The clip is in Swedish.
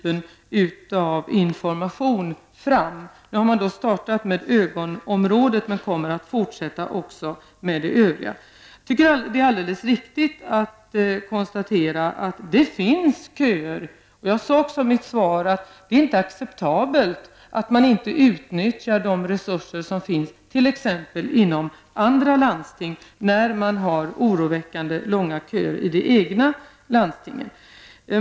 Man har börjat med ögonområdet och kommer att fortsätta med övriga områden. Det är helt riktigt att det finns köer, och jag sade också i mitt svar att det inte är acceptabelt att man inte utnyttjar de resurser som finns, t.ex. inom andra landsting, när man har oroväckande långa köer i det egna landstinget.